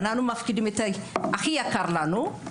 אנחנו מפקידים את הדבר היקר לנו מכל,